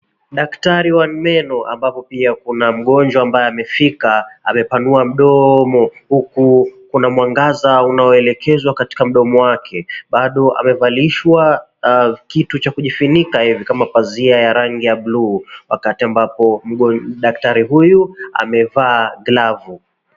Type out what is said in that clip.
Daktari wa meno ambapo pia kuna mgonjwa ambaye amefika, amepanua mdomo huku kuna mwangaza unaoelekezwa katika mdomo wake. Bado amevalishwa kitu cha kujifunika hivi kama pazia ya buluu, wakati ambapo daktari huyu amevaa glavu.